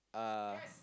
uh